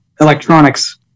electronics